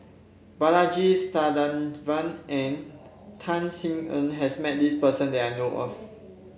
Balaji Sadasivan and Tan Sin Aun has met this person that I know of